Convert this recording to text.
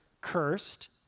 cursed